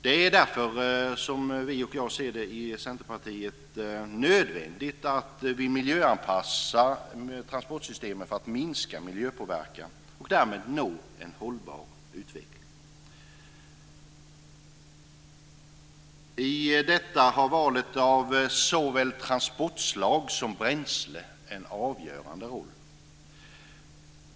Det är därför som vi i Centerpartiet anser att det är nödvändigt att vi miljöanpassar transportsystemen för att minska miljöpåverkan och därmed nå en hållbar utveckling. I detta har valet av såväl transportslag som bränsle en avgörande roll.